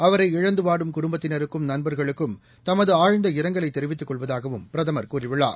அவரை இழந்துவாடும் குடும்பத்தினருக்கும்நண்பா்களுக்கும் தமதுஆழ்ந்த இரங்கலைதெரிவித்துக் கொள்வதாகவும் பிரதமர் கூறியுள்ளார்